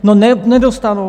No, nedostanou.